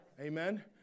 Amen